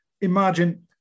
Imagine